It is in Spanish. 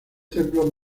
templos